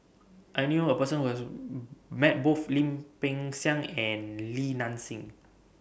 I knew A Person Who has Met Both Lim Peng Siang and Li Nanxing